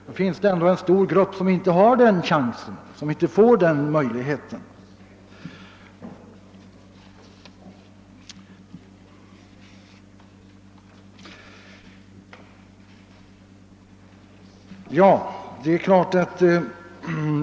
Det finns emellertid en stor grupp för vilken dessa förutsättningar saknas.